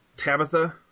Tabitha